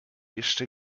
jeszcze